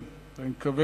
אני מכיר את רובכם.